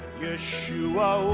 yeshua